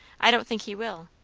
i don't think he will.